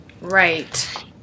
right